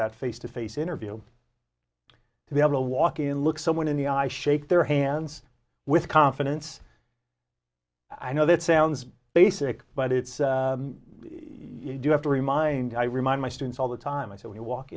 that face to face interview to be able to walk in look someone in the eye shake their hands with confidence i know that sounds basic but it's you do have to remind i remind my students all the time i said w